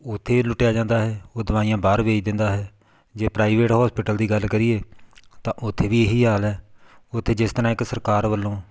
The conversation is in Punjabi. ਉੱਥੇ ਲੁੱਟਿਆ ਜਾਂਦਾ ਹੈ ਉਹ ਦਵਾਈਆਂ ਬਾਹਰ ਵੇਚ ਦਿੰਦਾ ਹੈ ਜੇ ਪ੍ਰਾਈਵੇਟ ਹੋਸਪਿਟਲ ਦੀ ਗੱਲ ਕਰੀਏ ਤਾਂ ਉੱਥੇ ਵੀ ਇਹ ਹੀ ਹਾਲ ਹੈ ਉੱਥੇ ਜਿਸ ਤਰ੍ਹਾਂ ਇੱਕ ਸਰਕਾਰ ਵੱਲੋਂ